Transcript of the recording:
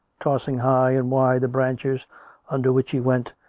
tossing high and wide the branches under which he went,